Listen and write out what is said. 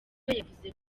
yavuze